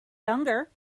younger